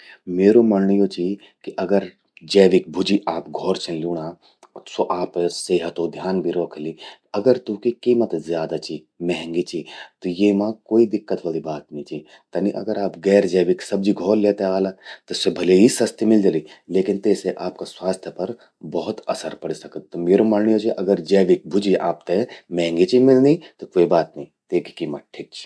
म्येरु मण्णं यो चि कि अगर जैविक भुज्जि आप घौर छिन ल्यूणां, स्वो आपे सेहतो ध्यान भी रौखलि। अगर तूंकि कीमत ज्यादा चि, महंगि चि, त येमां कोई दिक्कत वलि बात नी चि। तनि आप गैर जैविक सब्जि घौर लेये ते औला, स्या भले ही सस्ती मिल जलि लेकिन तेसे आपा स्वास्थ्य पर भौत असर पड़ि सकद। म्येरु मण्णं यो चि कि अगर जैविक भुज्जि आपते महंगी चि मिलणीं त क्वो बात नीं, तेकि कीमत ठिक चि।